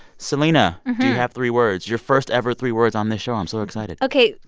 selena, do you have three words? your first-ever three words on the show. i'm so excited ok.